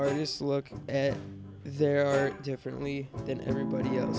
artists looking at their art differently than everybody else